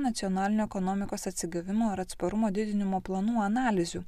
nacionalinio ekonomikos atsigavimo ir atsparumo didinimo planų analizių